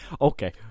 Okay